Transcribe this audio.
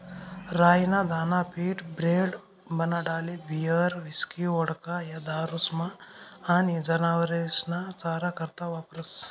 राई ना दाना पीठ, ब्रेड, बनाडाले बीयर, हिस्की, वोडका, या दारुस्मा आनी जनावरेस्ना चारा करता वापरास